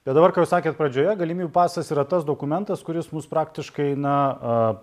bet dabar ką jūs sakėt pradžioje galimybių pasas yra tas dokumentas kuris mus praktiškai na